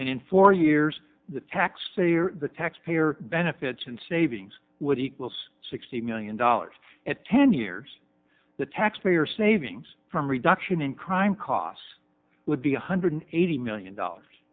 in four years the taxpayer the taxpayer benefits and savings would equals sixty million dollars at ten years the taxpayer savings from reduction in crime costs would be one hundred eighty million dollars